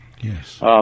Yes